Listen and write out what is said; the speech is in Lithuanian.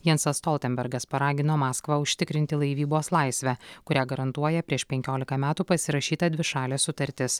jansas stoltenbergas paragino maskvą užtikrinti laivybos laisvę kurią garantuoja prieš penkiolika metų pasirašyta dvišalė sutartis